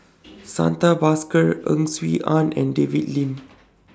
Santha Bhaskar Ang Swee Aun and David Lim